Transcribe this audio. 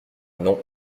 non